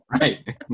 Right